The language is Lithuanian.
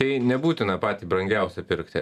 tai nebūtina patį brangiausią pirkti